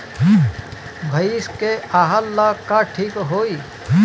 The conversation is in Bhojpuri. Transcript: भइस के आहार ला का ठिक होई?